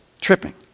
Tripping